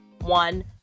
one